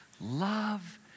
love